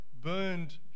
burned